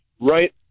right